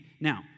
Now